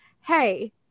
Hey